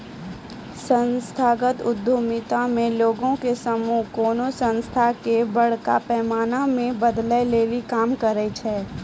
संस्थागत उद्यमिता मे लोगो के समूह कोनो संस्था के बड़का पैमाना पे बदलै लेली काम करै छै